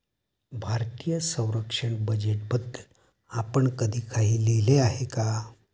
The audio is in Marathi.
भारतीय संरक्षण बजेटबद्दल आपण कधी काही लिहिले आहे का?